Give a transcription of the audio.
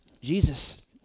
Jesus